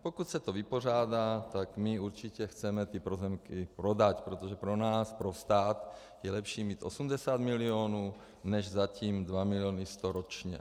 Pokud se to vypořádá, tak my určitě chceme ty pozemky prodat, protože pro nás, pro stát, je lepší mít 80 mil. než zatím 2,1 mil. ročně.